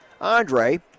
Andre